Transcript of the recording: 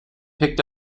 picked